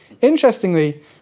Interestingly